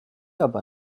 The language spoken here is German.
aber